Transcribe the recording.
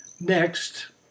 Next